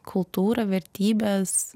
kultūrą vertybes